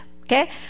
Okay